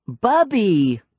Bubby